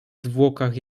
zwłokach